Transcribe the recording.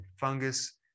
fungus